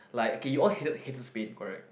like okay you all hate hate the Spain correct